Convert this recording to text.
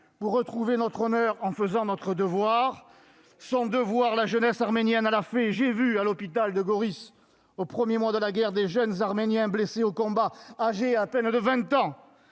pour retrouver notre honneur en faisant notre devoir ! Son devoir, la jeunesse arménienne l'a fait. J'ai vu à l'hôpital de Goris, au premier mois de la guerre, de jeunes Arméniens blessés au combat. Âgés d'à peine 20 ans,